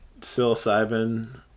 Psilocybin